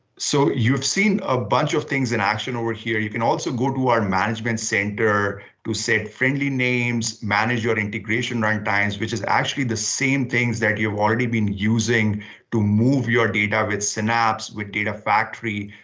so you've seen a bunch of things in action over here. you can also go to our management center to set friendly names, manage your integration run-times, which is actually the same things that you've already been using to move your data with synapse, with data factory.